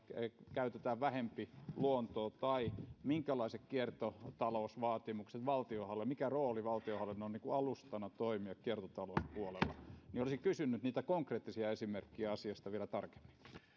käytetään vähempi luontoa tai minkälaiset kiertotalousvaatimukset valtio haluaa ja mikä rooli valtionhallinnolla on toimia alustana kiertotalouspuolella olisin kysynyt konkreettisia esimerkkejä asiasta vielä tarkemmin